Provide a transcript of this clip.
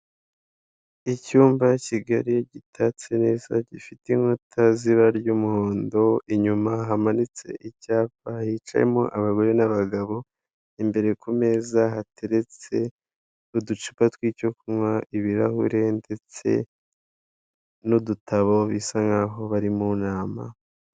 Icyumba kigali gitatse neza gifite inkuta z'ibara ry'umuhondo inyuma hamanitse icyapa hicayemo abagore n'abagabo imbere ku meza hateretse n'uducupa tw'icyo kunywa, ibirahure ndetse n'udutabo bisa nk'aho bari mu nama.